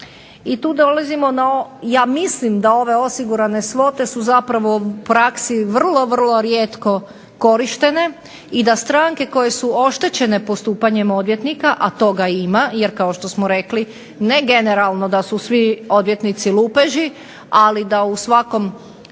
nastanka štete. Ja mislim da ove osigurane svote su zapravo u praksi vrlo, vrlo rijetko korištene i da stranke koje su oštećene postupanjem odvjetnika, a toga ima, jer kao što smo rekli ne generalno da su svi odvjetnici lupeži, ali da u svakom